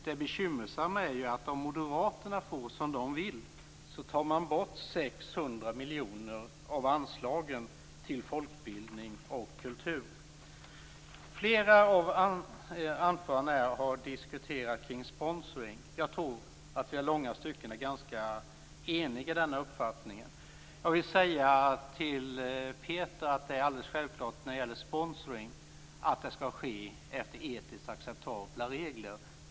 Det bekymmersamma är ju att om Moderaterna får som de vill tar man bort 600 miljoner av anslagen till folkbildning och kultur. Flera av anförandena har diskuterat kring sponsring. Jag tror att vi i långa stycken är ganska eniga i den uppfattningen. Till Peter Pedersen vill jag säga att när det gäller sponsring är det alldeles självklart att det skall ske efter etiskt acceptabla regler.